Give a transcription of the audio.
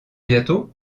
bientôt